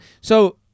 So-